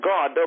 God